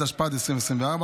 התשפ"ד 2024,